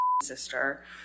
sister